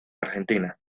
argentina